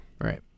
Right